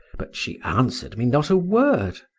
but she answered me not a word.